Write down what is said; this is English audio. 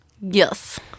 Yes